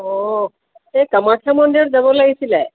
অঁ এই কামাখ্যা মন্দিৰত যাব লাগিছিলে